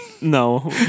No